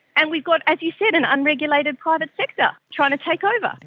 and we've got, as you said, an unregulated private sector trying to take over.